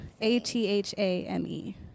A-T-H-A-M-E